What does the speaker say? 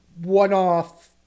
one-off